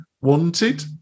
wanted